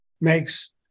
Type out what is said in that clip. makes